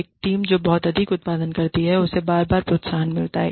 एक टीम जो बहुत अधिक उत्पादन करती है उसे बार बार प्रोत्साहन मिलता रहता है